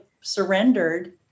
surrendered